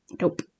Nope